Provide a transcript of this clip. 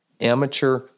amateur